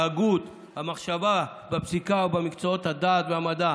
ההגות והמחשבה בפסיקה ובמקצועות הדעת והמדע